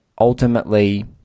ultimately